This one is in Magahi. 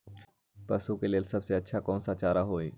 पशु के लेल सबसे अच्छा कौन सा चारा होई?